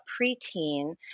preteen